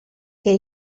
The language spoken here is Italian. che